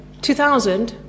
2000